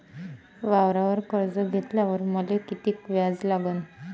वावरावर कर्ज घेतल्यावर मले कितीक व्याज लागन?